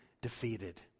defeated